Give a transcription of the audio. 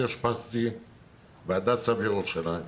אושפזתי בהדסה בירושלים.